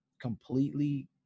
completely